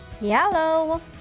yellow